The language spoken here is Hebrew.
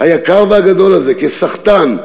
היקר והגדול הזה, כסחטן,